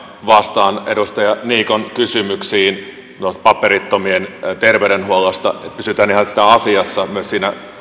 vastaan edustaja niikon kysymyksiin tuosta paperittomien terveydenhuollosta pysytään ihan siinä asiassa niin myös